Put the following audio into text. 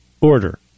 order